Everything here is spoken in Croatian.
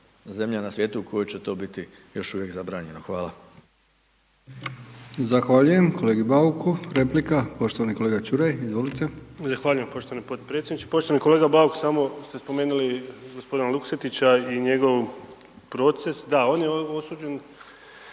zemlja na svijetu u kojoj će to biti još uvijek zabranjeno. Hvala.